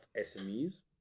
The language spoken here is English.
SMEs